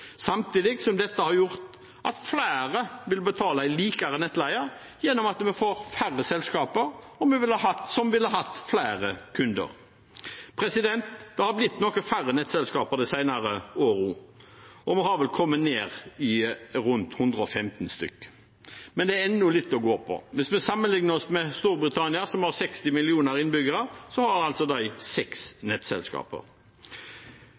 Flere ville hatt en likere nettleie ved at vi fikk færre selskaper som ville hatt flere kunder. Det har blitt noe færre nettselskaper de senere årene, vi har vel kommet ned i rundt 115 stykker. Men det er enda litt å gå på. Hvis vi sammenlikner oss med Storbritannia, som har 60 millioner innbyggere, har de